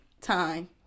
time